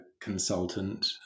consultant